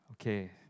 Okay